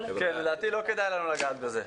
כן, לדעתי לא כדאי לנו לגעת בזה.